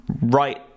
right